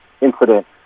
incident